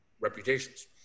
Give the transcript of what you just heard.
reputations